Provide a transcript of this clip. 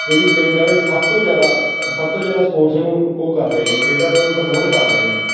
ਕਿਉਂਕਿ ਪਿੰਡ ਵਾਲੇ ਸਭ ਤੋਂ ਜ਼ਿਆਦਾ ਸਭ ਤੋਂ ਜ਼ਿਆਦਾ ਸਪੋਰਟਸ ਨੂੰ ਉਹ ਕਰ ਰਹੇ ਨੇ ਖੇਡਾਂ ਨੂੰ ਪ੍ਰਮੋਟ ਕਰ ਰਹੇ ਨੇ